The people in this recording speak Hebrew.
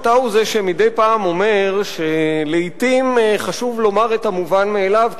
אתה הוא זה שמדי פעם אומר שלעתים חשוב לומר את המובן מאליו,